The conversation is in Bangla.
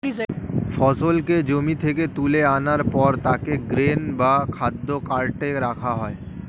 ফসলকে জমি থেকে তুলে আনার পর তাকে গ্রেন বা খাদ্য কার্টে রাখা হয়